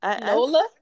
nola